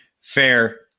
fair